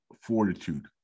fortitude